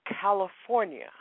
California